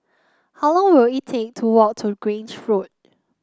how long will it take to walk to Grange Road